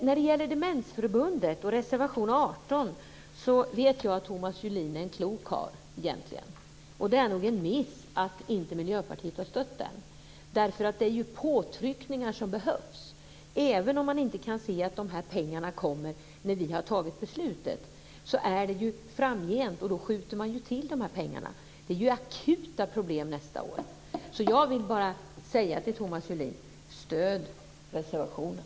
När det gäller Demensförbundet och reservation 18 vet jag att Thomas Julin egentligen är en klok karl. Det är nog en miss att Miljöpartiet inte har stött den reservationen. Det är påtryckningar som behövs. Även om de pengar det gäller inte kommer direkt efter ett positivt beslut, skulle de på sikt skjutas till. Det är akuta problem nästa år. Jag vill därför bara säga till Thomas Julin: Stöd reservationen!